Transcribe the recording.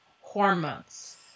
hormones